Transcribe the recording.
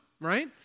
right